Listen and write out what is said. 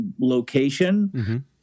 location